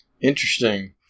interesting